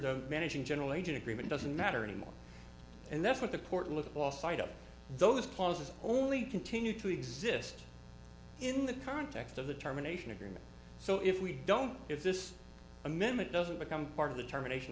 the managing general agent agreement doesn't matter anymore and that's what the court look at lost sight of those clauses only continue to exist in the context of the terminations agreement so if we don't if this amendment doesn't become part of the termination